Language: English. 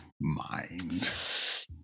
mind